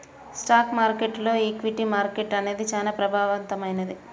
stock మార్కెట్టులో equity market అనేది చానా ప్రభావవంతమైంది